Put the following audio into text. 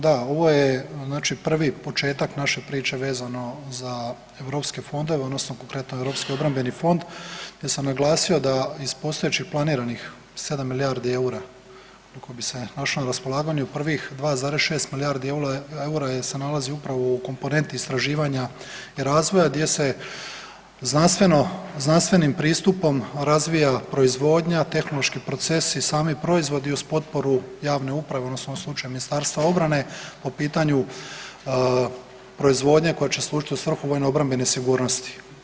Da, ovo je znači prvi početak naše priče vezano za europske fondove odnosno konkretno Europski obrambeni fond gdje sam naglasio da iz postojećih planiranih 7 milijardi EUR-a koji bi se našlo na raspolaganju, prvih 2,6 milijardi EUR-a se nalazi upravo u komponenti istraživanja i razvoja gdje se znanstveno, znanstvenim pristupom razvija proizvodnja, tehnološki procesi i sami proizvodi uz potporu javne uprave odnosno u ovom slučaju Ministarstva obrane po pitanju proizvodnje koja će služit u svrhu vojno obrambene sigurnosti.